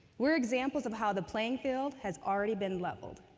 we're examples of how the playing field has already been leveled.